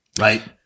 right